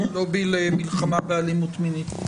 הלובי למלחמה באלימות מינית.